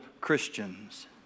Christians